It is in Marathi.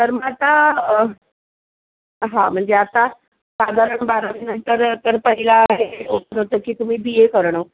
तर मग आता हां म्हणजे आता साधारण बारावीनंतर तर पहिला हे होत होतं की तुम्ही बी ए करणं